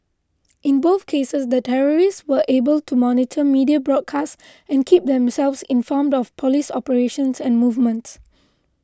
in both cases the terrorists were able to monitor media broadcasts and keep themselves informed of police operations and movements